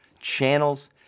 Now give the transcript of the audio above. channels